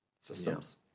systems